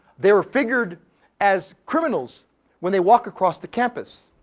they are figured as criminals when they walk across the campus,